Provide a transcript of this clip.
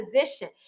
position